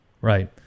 Right